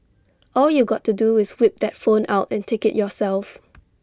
all you got to do is whip that phone out and take IT yourself